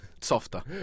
Softer